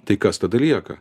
tai kas tada lieka